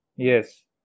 Yes